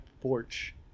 porch